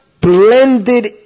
blended